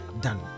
done